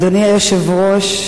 אדוני היושב-ראש,